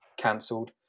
cancelled